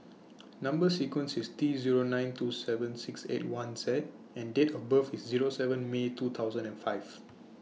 Number sequence IS T Zero nine two seven six eight one Z and Date of birth IS Zero seven May two thousand and five